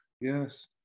Yes